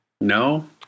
No